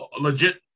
legit